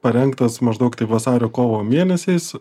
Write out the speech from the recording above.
parengtas maždaug taip vasario kovo mėnesiais